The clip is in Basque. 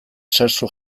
sexu